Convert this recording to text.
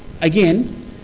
again